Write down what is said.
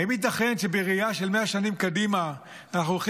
האם ייתכן שבראייה של 100 שנים קדימה אנחנו הולכים